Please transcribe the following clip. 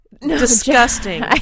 Disgusting